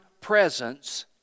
presence